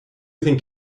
think